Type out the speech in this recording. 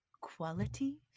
quality